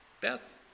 Beth